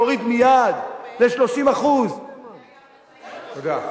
להוריד מייד ל-30% תודה.